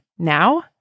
Now